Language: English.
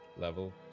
level